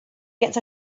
gets